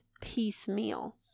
piecemeal